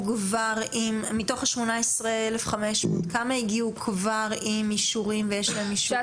מתך ה-18,500 כמה הגיעו כבר עם אישורים ויש להם אישורים?